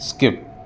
skip